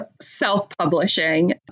self-publishing